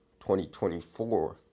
2024